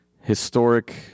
historic